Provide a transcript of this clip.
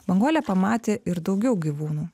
banguolė pamatė ir daugiau gyvūnų